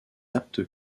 apte